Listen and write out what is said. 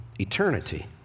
eternity